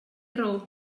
raó